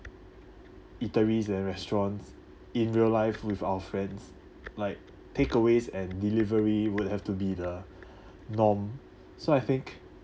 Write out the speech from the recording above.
eateries and restaurants in real life with our friends like takeaways and delivery would have to be the norm so I think